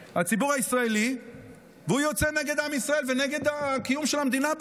הישראלי והוא יוצא נגד עם ישראל ונגד הקיום של המדינה,